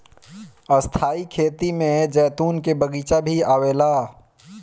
स्थाई खेती में जैतून के बगीचा भी आवेला